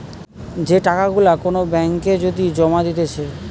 যে টাকা গুলা কোন ব্যাঙ্ক এ যদি জমা দিতেছে